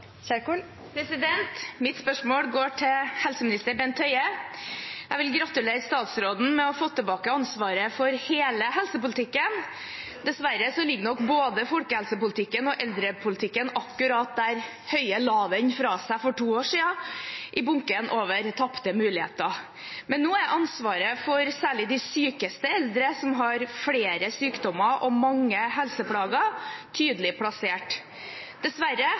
Mitt spørsmål går til helseminister Bent Høie. Jeg vil gratulere statsråden med å ha fått tilbake ansvaret for hele helsepolitikken. Dessverre ligger nok både folkehelsepolitikken og eldrepolitikken akkurat der statsråd Høie la den fra seg for to år siden, i bunken med tapte muligheter, men nå er ansvaret for særlig de sykeste eldre som har flere sykdommer og mange helseplager, tydelig plassert. Dessverre